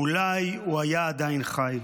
אולי הוא עדיין היה חי,